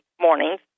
mornings